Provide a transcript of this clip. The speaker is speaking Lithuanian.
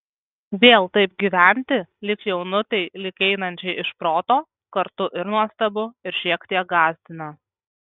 vėl taip gyventi lyg jaunutei lyg einančiai iš proto kartu ir nuostabu ir šiek tiek gąsdina